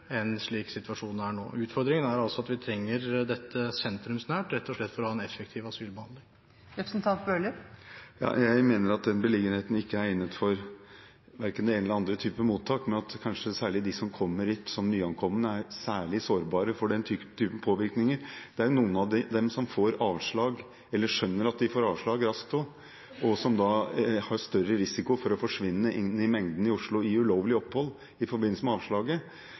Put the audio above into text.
slik situasjonen er nå. Utfordringen er altså at vi trenger dette sentrumsnært, rett og slett for å ha en effektiv asylbehandling. Jeg mener at den beliggenheten ikke er egnet for verken den ene eller den andre typen mottak, men at kanskje særlig de som er nyankomne her, er særlig sårbare for den typen påvirkninger. Det er noen av dem som får avslag, eller som skjønner at de får avslag raskt, som har større risiko for å forsvinne inn i mengden i Oslo med ulovlig opphold i forbindelse med avslaget